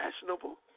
fashionable